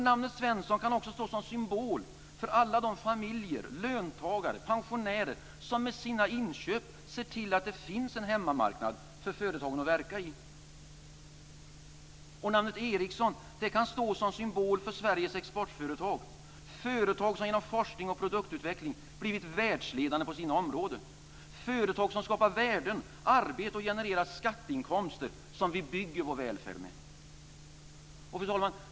Namnet Svensson kan också stå som symbol för alla de familjer, löntagare och pensionärer som med sina inköp ser till att det finns en hemmamarknad för företagen att verka i. Och namnet Ericsson kan stå som symbol för Sveriges exportföretag; företag som genom forskning och produktutveckling blivit världsledande på sina områden, företag som skapar värden och arbete och som genererar skatteinkomster som vi bygger vår välfärd med. Fru talman!